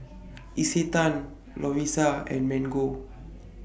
Isetan Lovisa and Mango